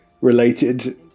Related